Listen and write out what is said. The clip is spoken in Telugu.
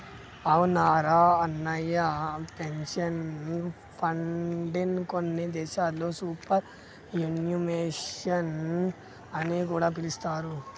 అవునురా అన్నయ్య పెన్షన్ ఫండ్ని కొన్ని దేశాల్లో సూపర్ యాన్యుమేషన్ అని కూడా పిలుస్తారు